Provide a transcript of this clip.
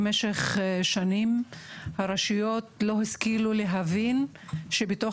למשך שנים הרשויות לא השכילו להבין שבתוך